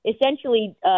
essentially